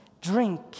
drink